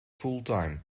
fulltime